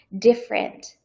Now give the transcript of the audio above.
different